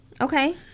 Okay